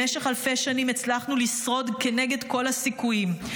במשך אלפי שנים הצלחנו לשרוד כנגד כל הסיכויים.